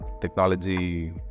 technology